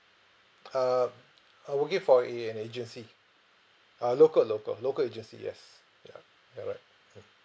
um I'm working for a an agency err local local local agency yes ya you are right mm